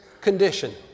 condition